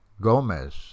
Gomez